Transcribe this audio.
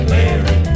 Mary